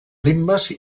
ritmes